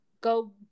go